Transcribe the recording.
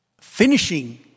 Finishing